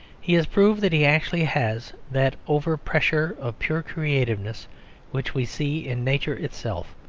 he has proved that he actually has that over-pressure of pure creativeness which we see in nature itself,